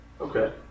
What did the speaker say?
Okay